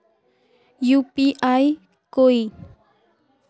UPI कोई